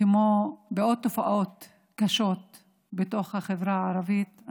כמו בעוד תופעות קשות בתוך החברה הערבית,